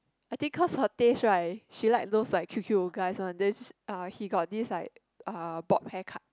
I think cause her taste right she like those like cute cute guys one then uh he got this like uh Bob haircut